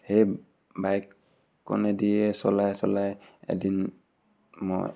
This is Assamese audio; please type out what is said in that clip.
সেই বাইকখনেদিয়ে চলাই চলাই এদিন মই